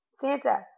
Santa